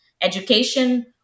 education